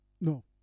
No